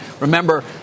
Remember